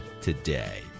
today